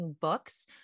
books